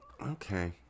Okay